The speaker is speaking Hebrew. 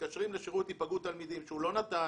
מתקשרים לשירות היפגעות תלמידים שהוא לא נט"ן,